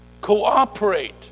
Cooperate